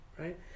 right